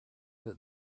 that